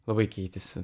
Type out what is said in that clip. labai keitėsi